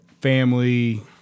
family